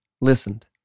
listened